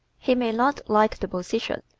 he may not like the position.